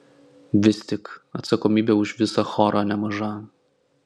vis tik atsakomybė už visą chorą nemaža